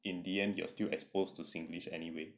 in the end you're still exposed to singlish anyway